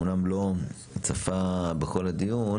הוא אומנם לא צפה בכל הדיון,